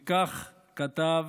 וכך כתב